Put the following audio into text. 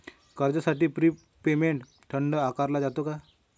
कर्जासाठी prepayment दंड आकारला जातो का?